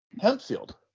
Hempfield